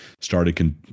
started